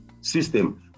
system